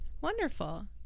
Wonderful